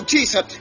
Jesus